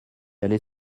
allait